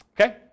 Okay